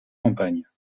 campagnes